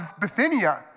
Bithynia